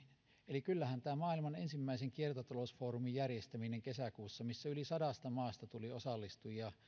eli kyllähän tämä maailman ensimmäisen kiertotalousfoorumin järjestäminen kesäkuussa missä yli sadasta maasta tuli osallistujia